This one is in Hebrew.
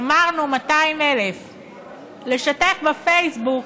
אמרנו 200,000. לשתף בפייסבוק